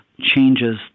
changes